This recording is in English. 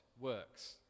works